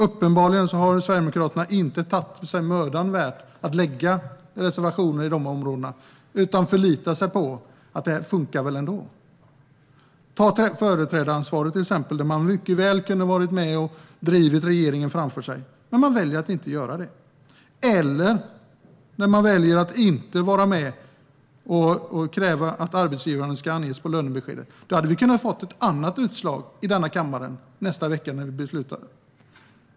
Uppenbarligen har Sverigedemokraterna inte gjort sig mödan att lägga fram reservationer på dessa områden, utan de förlitar sig på att det funkar ändå. Ta företrädaransvaret, till exempel, där man mycket väl hade kunnat vara med och drivit regeringen framför sig. Men man väljer att inte göra det. Och man väljer att inte vara med och kräva att arbetsgivaravgifter ska anges på lönebeskedet. Då hade vi kunnat få ett annat utslag i denna kammare nästa vecka när vi beslutar.